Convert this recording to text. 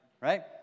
right